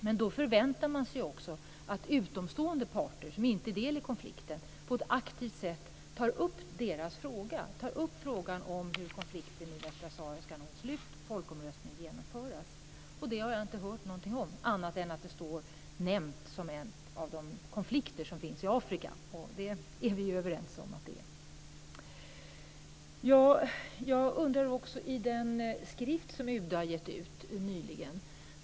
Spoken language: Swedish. Men då förväntar man sig också att utomstående parter som inte är del i konflikten på ett aktivt sätt tar upp frågan om hur konflikten i Västsahara ska nå ett slut och folkomröstning genomföras. Det har jag inte hört någonting om, annat än att det står nämnt som en av de konflikter som finns i Afrika. Och det är vi ju överens om att det är. Jag undrar också över den skrift som UD nyligen har gett ut.